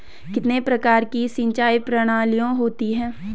कितने प्रकार की सिंचाई प्रणालियों होती हैं?